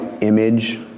image